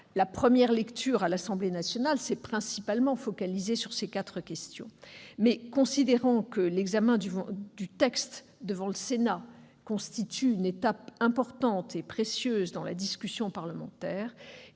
La première lecture à l'Assemblée nationale s'est principalement focalisée sur ces quatre questions. Considérant que l'examen du texte devant le Sénat constitue une étape importante et précieuse de la discussion parlementaire,